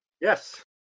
Yes